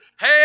hey